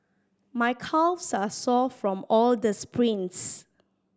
my calves are sore from all the sprints